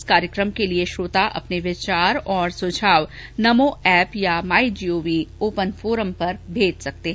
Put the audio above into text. इस कार्यक्रम के लिये श्रोता अपने विचार और सुझाव नमो ऐप या माई जीओवी ओपन फोरम पर भेज सकते हैं